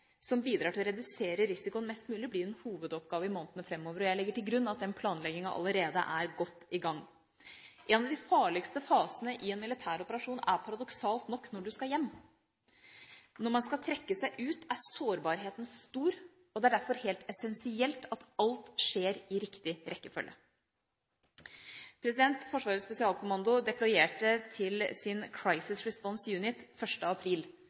som bidrar til å redusere risikoen mest mulig, blir en hovedoppgave i månedene framover. Jeg legger til grunn at den planleggingen allerede er godt i gang. En av de farligste fasene i en militær operasjon er paradoksalt nok når du skal hjem. Når man skal trekke seg ut, er sårbarheten stor, og det er derfor helt essensielt at alt skjer i riktig rekkefølge. Forsvarets spesialkommando deployerte til Crisis Response Unit 1. april,